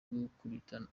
gukubita